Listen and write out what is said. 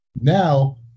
now